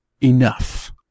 enough